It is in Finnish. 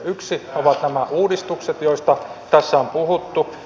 yksi on nämä uudistukset joista tässä on puhuttu